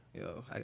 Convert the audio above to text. yo